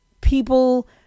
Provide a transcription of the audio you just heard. people